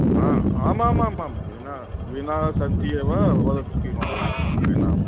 आमामामाम् वीणा वीणा सन्ति एव वदतु किम् आवश्यकं वीणामध्ये